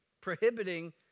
prohibiting